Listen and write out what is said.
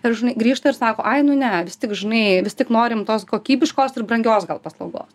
ir žinai grįžta ir sako ai nu ne vis tik žinai vis tik norim tos kokybiškos ir brangios gal paslaugos